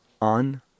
on